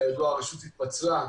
כידוע הרשות התפצלה.